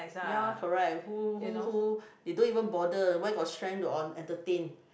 ya correct who who who they don't even bother where got strength to entertain